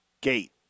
gate